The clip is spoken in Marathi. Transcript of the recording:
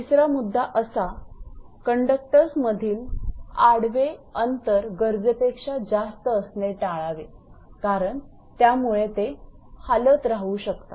तिसरा मुद्दा असा कंडक्टर्स मधील आडवे अंतर गरजेपेक्षा जास्त असणे टाळावे कारण त्यामुळे ते हालत राहू शकतात